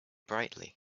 brightly